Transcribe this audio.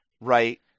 right